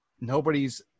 nobody's